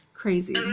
crazy